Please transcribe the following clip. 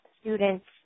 students